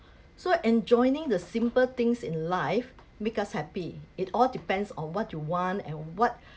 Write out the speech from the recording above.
so enjoying the simple things in life make us happy it all depends on what you want and what